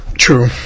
True